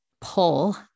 pull